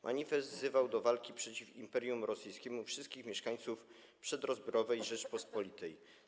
Manifest wzywał do walki przeciw Imperium Rosyjskiemu wszystkich mieszkańców przedrozbiorowej Rzeczypospolitej.